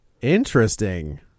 Interesting